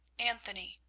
anthony,